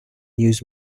news